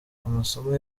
amasomo